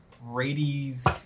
Brady's